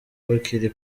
bakiri